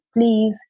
Please